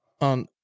on